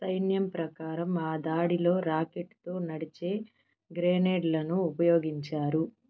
సైన్యం ప్రకారం ఆ దాడిలో రాకెట్తో నడిచే గ్రెనేడ్లను ఉపయోగించారు